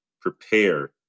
prepare